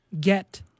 get